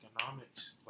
Economics